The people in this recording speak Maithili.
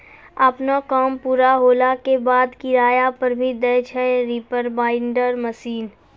आपनो काम पूरा होला के बाद, किराया पर भी दै छै रीपर बाइंडर मशीन